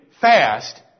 fast